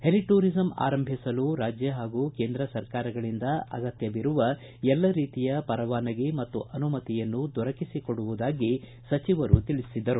heli tourism ಆರಂಭಿಸಲು ರಾಜ್ಯ ಹಾಗೂ ಕೇಂದ್ರ ಸರ್ಕಾರಗಳಿಂದ ಅಗತ್ತವಿರುವ ಎಲ್ಲ ರೀತಿಯ ಪರವಾನಗಿ ಮತ್ತು ಅನುಮತಿಯನ್ನು ದೊರಕಿಸಿ ಕೊಡುವುದಾಗಿ ಸಚಿವರು ತಿಳಿಸಿದರು